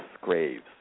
graves